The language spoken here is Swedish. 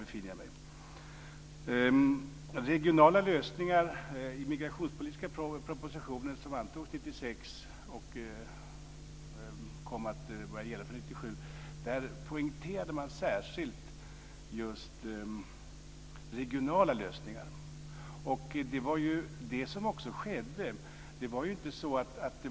Regionala lösningar poängterades särskilt i den immigrationspolitiska proposition som antogs 1996 och som kom att börja gälla från 1997. Det blev också sådana lösningar.